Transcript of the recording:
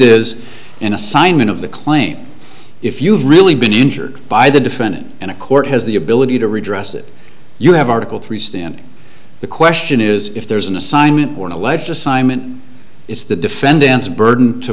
is an assignment of the claim if you really been injured by the defendant and a court has the ability to redress it you have article three standing the question is if there's an assignment or an alleged assignment it's the defendant's burden to